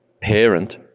parent